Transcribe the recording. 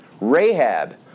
Rahab